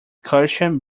cushion